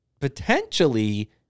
potentially